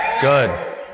Good